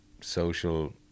social